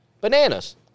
Bananas